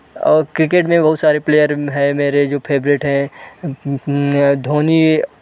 और क्रिकेट में बहुत सारे प्लेयर हैं मेरे जो फेवरेट हैं धोनी